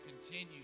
continue